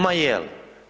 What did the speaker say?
Ma je li?